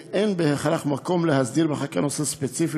ואין בהכרח מקום להסדיר בחקיקה נושא ספציפי